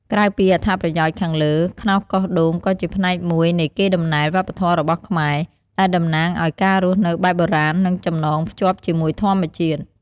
ក្រៅពីអត្ថប្រយោជន៍ខាងលើ ខ្នោសកោសដូងក៏ជាផ្នែកមួយនៃកេរដំណែលវប្បធម៌របស់ខ្មែរ ដែលតំណាងឲ្យការរស់នៅបែបបុរាណ និងចំណងភ្ជាប់ជាមួយធម្មជាតិ។